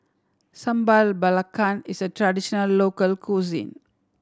Sambal Belacan is a traditional local cuisine